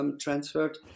transferred